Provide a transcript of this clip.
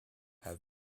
have